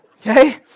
okay